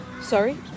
Sorry